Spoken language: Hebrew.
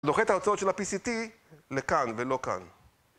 דוחה את ההרצאות של הפי-סי-טי לכאן ולא כאן.